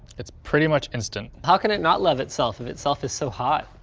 it's pretty much instant. how can it not love itself if itself is so hot?